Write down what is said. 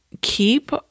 keep